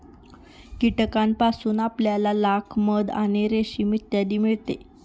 कीटकांपासून आपल्याला लाख, मध आणि रेशीम इत्यादी मिळते